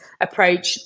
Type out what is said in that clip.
approach